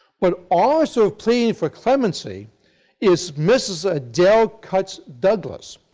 but also pleading for clemency is mrs. adele cutts douglas,